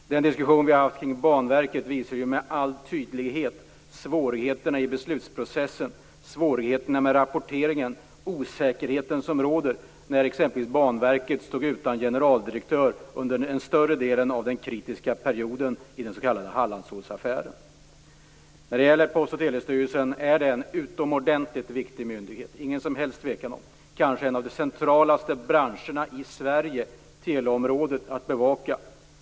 Den diskussion vi har haft kring Banverket visar ju med all önskvärd tydlighet på svårigheterna i beslutsprocessen och med rapporteringen och den osäkerhet som rådde när Banverket stod utan generaldirektör under större delen av den kritiska perioden i den s.k. Hallandsåsaffären. Post och telestyrelsen är en utomordentligt viktig myndighet. Det rådet ingen som helst tvekan om det. Den har att bevaka kanske en av de centralaste branscherna i Sverige, nämligen teleområdet.